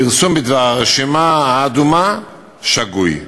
הפרסום בדבר הרשימה האדומה שגוי.